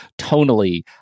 Tonally